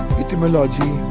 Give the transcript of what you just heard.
etymology